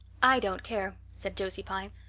i don't care, said josie pye.